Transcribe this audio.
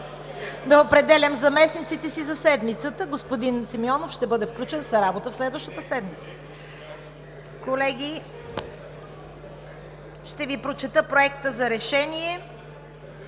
да определям заместниците си за седмицата. Господин Симеонов ще бъде включен за работа в следващата седмица. Колеги, ще Ви прочета: „Проект! РЕШЕНИЕ